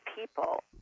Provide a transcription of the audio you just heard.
people